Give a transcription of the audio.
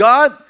God